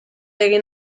egin